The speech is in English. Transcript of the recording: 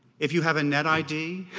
if you have a net id,